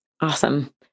Awesome